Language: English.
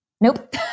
Nope